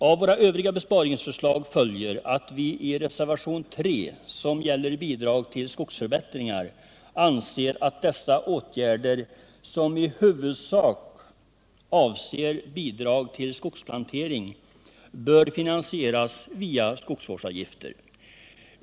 Av våra övriga besparingsförslag följer att vi i reservationen 3 anser att bidrag till skogsförbättringar, som i huvudsak gäller bidrag till skogsplantering, bör finansieras via skogsvårdsavgifter.